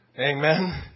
Amen